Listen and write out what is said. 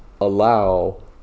allow